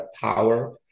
power